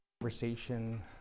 conversation